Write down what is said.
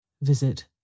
Visit